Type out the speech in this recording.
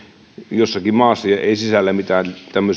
jossakin maassa ja ei sisällä mitään